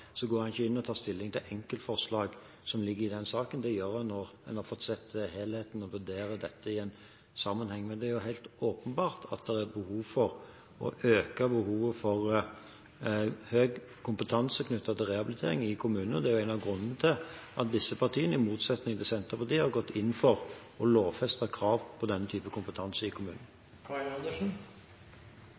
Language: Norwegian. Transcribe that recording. når en har fått sett helheten og vurderer dette i en sammenheng. Det er helt åpenbart at det er behov for å øke tilgangen på høy kompetanse knyttet til rehabilitering i kommunene. Det er en av grunnene til at disse partiene, i motsetning til Senterpartiet, har gått inn for å lovfeste krav om denne typen kompetanse i